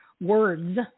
words